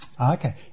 okay